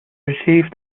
received